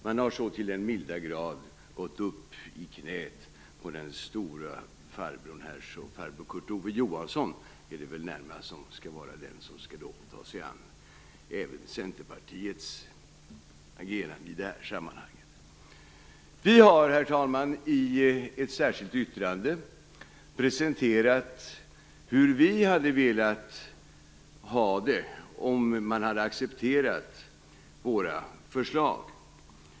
Man har så till den milda grad gått upp i knät på den stora farbrorn. Farbror Kurt Ove Johansson är det väl närmast som skall ta sig an även Centerpartiets agerande i det här sammanhanget. Vi har, herr talman, i ett särskilt yttrande presenterat hur vi hade velat ha det om man hade accepterat våra förslag.